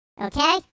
okay